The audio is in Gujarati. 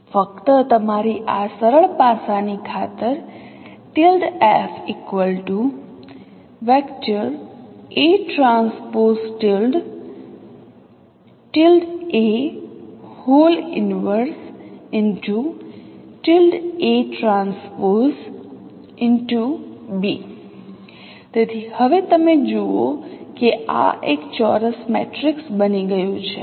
ફક્ત તમારી આ સરળ પાસાની ખાતર તેથી હવે તમે જુઓ કે આ એક ચોરસ મેટ્રિક્સ બની ગયું છે